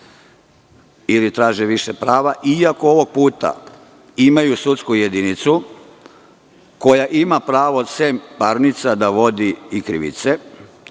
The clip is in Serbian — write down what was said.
ili traže više prava, iako ovog puta imaju sudsku jedinicu koja ima pravo, sem parnica, da vodi i krivice